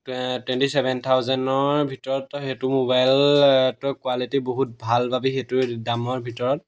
twenty seven থাউজেণ্ডৰ ভিতৰত সেইটো মোবাইল কোৱালিটি বহুত ভাল পাবি সেইটো দামৰ ভিতৰত